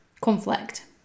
conflict